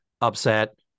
upset